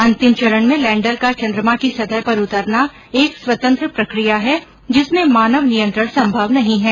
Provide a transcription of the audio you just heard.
अंतिम चरण में लैंडर का चन्द्रमा की सतह पर उतरना एक स्वतंत्र प्रक्रिया है जिसमें मानव नियंत्रण संभव नहीं है